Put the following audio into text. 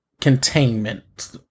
containment